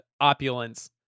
opulence